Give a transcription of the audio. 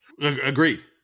Agreed